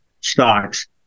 stocks